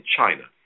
China